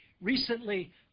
Recently